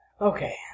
Okay